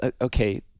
okay